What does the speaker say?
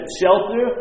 shelter